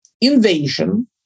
invasion